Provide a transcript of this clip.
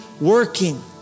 working